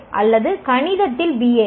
A அல்லது கணிதத்தில் B